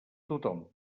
tothom